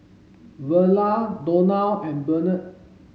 Verla Donal and Bernard